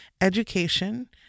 education